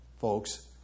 folks